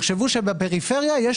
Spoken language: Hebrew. יחשבו שבפריפריה יש